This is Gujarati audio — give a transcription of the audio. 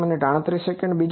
5 સુધી કામ કરી શકે છે